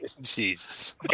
Jesus